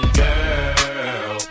girl